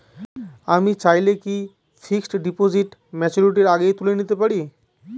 আমি চাইলে কি ফিক্সড ডিপোজিট ম্যাচুরিটির আগেই তুলে নিতে পারি?